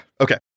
Okay